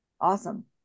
Awesome